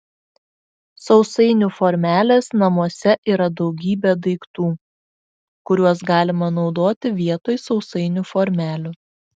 sausainių formelės namuose yra daugybė daiktų kuriuos galima naudoti vietoj sausainių formelių